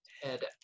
head